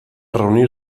reunir